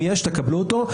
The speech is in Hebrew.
אם יש, תקבלו אותו.